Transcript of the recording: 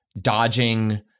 dodging